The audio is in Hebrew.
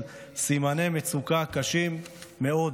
על סימני מצוקה קשים מאוד